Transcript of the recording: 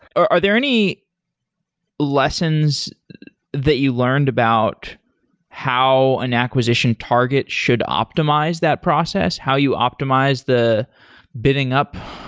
are there any lessons that you learned about how an acquisition target should optimize that process? how you optimize the bidding up?